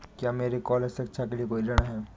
क्या मेरे कॉलेज शिक्षा के लिए कोई ऋण है?